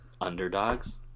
underdogs